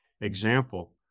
example